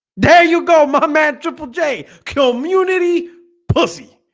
there you go my man triple j kill mmunity pussy